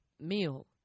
Meal